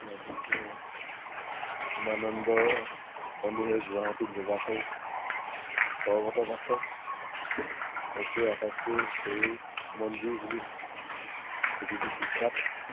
ইফালে বিষ্ণু উমানন্দ মন্দিৰ সেই গুৱাহাটীত নীলাচল পৰ্বতত আছে এইটোৱে আটাইতকৈ সৰু মন্দিৰ বুলি পৃথিৱীত বিখ্যাত